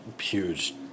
huge